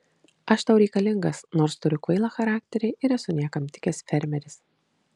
aš tau reikalingas nors turiu kvailą charakterį ir esu niekam tikęs fermeris